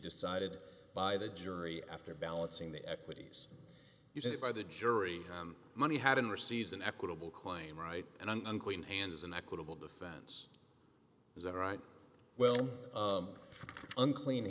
decided by the jury after balancing the equities you just buy the jury money hadn't received an equitable claim right and unclean hands an equitable defense is that right well unclean